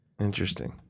Interesting